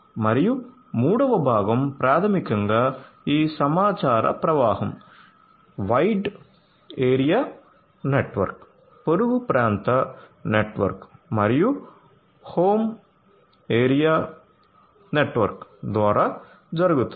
మరియు మూడవ భాగం ప్రాథమికంగా ఈ సమాచార ప్రవాహం వైడ్ ఏరియా నెట్వర్క్ పొరుగు ప్రాంత నెట్వర్క్ మరియు హోమ్ ఏరియా నెట్వర్క్ ద్వారా జరుగుతుంది